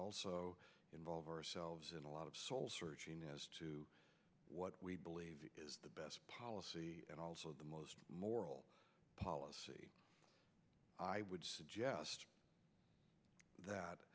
also involve ourselves in a lot of soul searching as to what we believe is the best policy and also the most moral policy i would suggest that